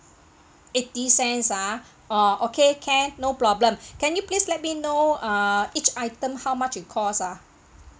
eighty cents ah orh okay can no problem can you please let me know uh each item how much it cost ah